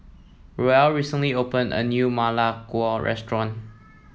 Ruel recently opened a new Ma Lai Gao restaurant